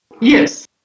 yes